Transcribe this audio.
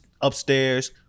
upstairs